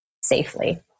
safely